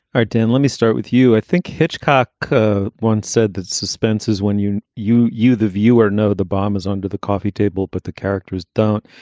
ah, dan, let me start with you. i think hitchcock once said that suspense is when you you you, the viewer know the bomb is under the coffee table, but the characters don't.